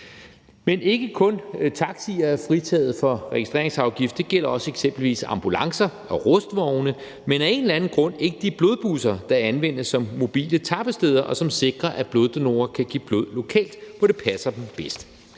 Men ikke kun taxier er fritaget for registreringsafgift. Det gælder også eksempelvis ambulancer og rustvogne, men af en eller anden grund ikke de blodbusser, der anvendes som mobile tappesteder, og som sikrer, at bloddonorer kan give blod lokalt, hvor det passer dem bedst.